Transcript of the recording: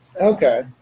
Okay